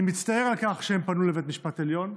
אני מצטער על כך שהם פנו לבית המשפט העליון.